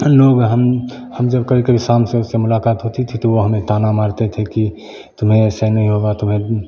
लोग हम हम जब कभी कभी शाम शाम के समय मुलाकात होती थी वो हमें ताना मारते थे कि तुम्हें ऐसा नहीं होगा तुम्हें